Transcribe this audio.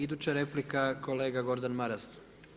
Iduća replika kolega Gordan Maras.